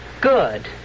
Good